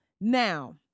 Now